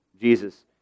Jesus